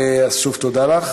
אז שוב תודה לך.